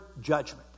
judgment